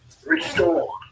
Restore